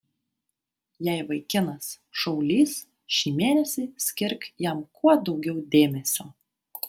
jei vaikinas šaulys šį mėnesį skirk jam kuo daugiau dėmesio